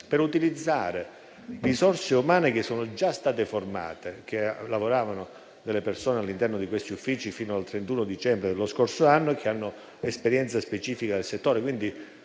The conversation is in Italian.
per utilizzare risorse umane che sono già state formate e che hanno lavorato all'interno di questi uffici fino al 31 dicembre dello scorso anno e che hanno esperienza specifica nel settore.